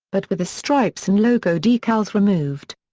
but with the stripes and logo decals removed.